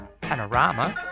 Panorama